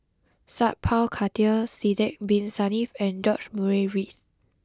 Sat Pal Khattar Sidek bin Saniff and George Murray Reith